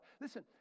Listen